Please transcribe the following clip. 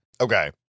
Okay